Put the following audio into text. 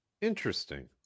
Interesting